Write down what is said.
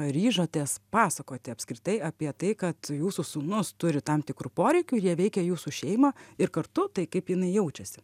ryžotės pasakoti apskritai apie tai kad jūsų sūnus turi tam tikrų poreikių jie veikia jūsų šeimą ir kartu tai kaip jinai jaučiasi